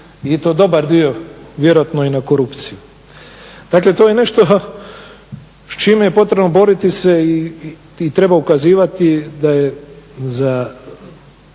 i to dobar dio vjerojatno i na korupciju. Dakle, to je nešto s čime je potrebno boriti se i treba ukazivati da je za